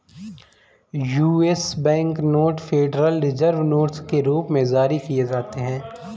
US bank note federal reserve notes के रूप में जारी किए जाते हैं